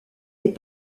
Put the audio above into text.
est